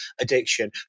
addiction